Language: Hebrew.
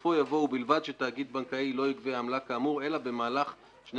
בסופו יבוא "ובלבד שתאגיד בנקאי לא יגבה עמלה כאמור אלא במהלך 12